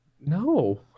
No